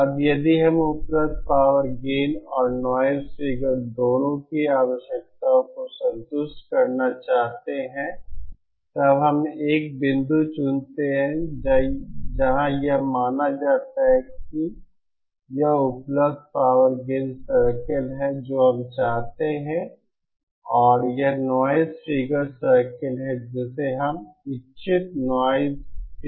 अब यदि हम उपलब्ध पावर गेन और नॉइज़ फिगर दोनों की आवश्यकता को संतुष्ट करना चाहते हैं तब हम एक बिंदु चुनते हैं जहां यह माना जाता है कि यह उपलब्ध पावर गेन सर्कल है जो हम चाहते हैं और यह नॉइज़ फिगर सर्कल है जिसे हम इच्छित नॉइज़ फिगर कहते हैं